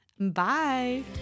Bye